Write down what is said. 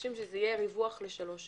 מבקשים ריווח של שלוש שנים.